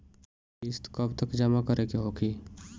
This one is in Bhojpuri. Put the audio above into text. किस्त कब तक जमा करें के होखी?